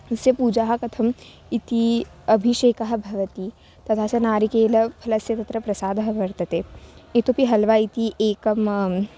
अस्य पूजाः कथम् इति अभिषेकः भवति तथा च नारिकेलफलस्य तत्र प्रसादः वर्तते इतोऽपि हल्वा इति एकं